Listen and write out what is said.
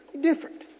Different